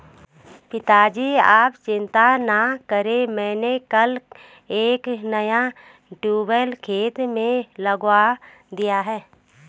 पिताजी आप चिंता ना करें मैंने कल एक नया ट्यूबवेल खेत में लगवा दिया है